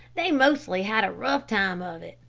they mostly had a rough time of it.